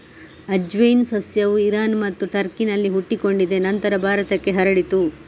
ಅಜ್ವೈನ್ ಸಸ್ಯವು ಇರಾನ್ ಮತ್ತು ಟರ್ಕಿನಲ್ಲಿ ಹುಟ್ಟಿಕೊಂಡಿದೆ ನಂತರ ಭಾರತಕ್ಕೆ ಹರಡಿತು